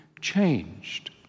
changed